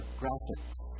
graphics